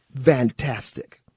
fantastic